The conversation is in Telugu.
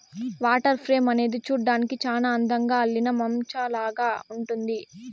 వాటర్ ఫ్రేమ్ అనేది చూడ్డానికి చానా అందంగా అల్లిన మంచాలాగా ఉంటుంది